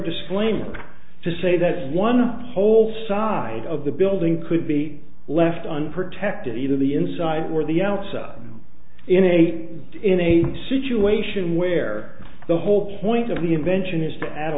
disclaimer to say that one whole side of the building could be left unprotected either the inside or the outside in a in a situation where the whole point of the invention is to add a